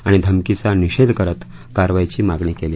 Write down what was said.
आणि धमक चा निषेध करत कारवाईची मागणी केली